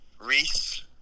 Reese